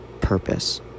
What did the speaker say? purpose